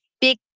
big